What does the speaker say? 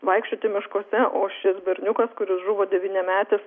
vaikščioti miškuose o šis berniukas kuris žuvo devyniametis